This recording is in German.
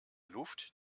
luft